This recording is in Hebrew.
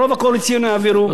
ברוב הקואליציוני יעבירו,